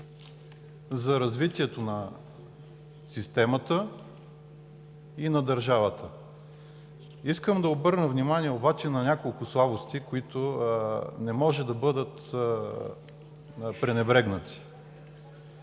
за развитието на системата и на държавата. Искам да обърна внимание обаче на няколко слабости, които не могат да бъдат пренебрегнати.